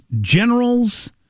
generals